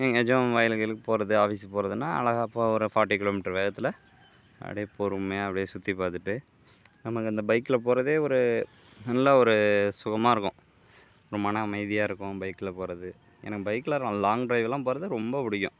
எங்கேயாச்சும் வயலுக்கு கியலுக்கு போகிறது ஆஃபிஸுக்கு போகிறதுனா அழகாக அப்போ ஒரு ஃபார்ட்டி கிலோமீட்டர் வேகத்தில் அப்படியே பொறுமையாக அப்படியே சுற்றி பார்த்துட்டு நமக்கு அந்த பைக்கில் போகிறதே ஒரு நல்ல ஒரு சுகமாயிருக்கும் ஒரு மன அமைதியாயிருக்கும் பைக்கில் போகிறது எனக்கு பைக்கில் நான் லாங் டிரைவ்லாம் போகிறது ரொம்ப பிடிக்கும்